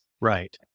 Right